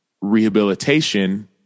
rehabilitation